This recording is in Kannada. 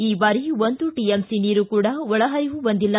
ಈ ಬಾರಿ ಒಂದು ಟಿಎಂಸಿ ನೀರು ಕೂಡ ಒಳಪರಿವು ಬಂದಿಲ್ಲ